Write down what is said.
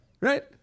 Right